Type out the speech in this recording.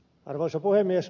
arvoisa puhemies